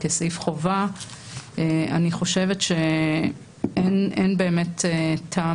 כסעיף חובה - אני חושבת שאין באמת טעם